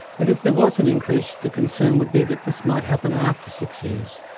but if there was an increase, the concern would be that this might happen after six years.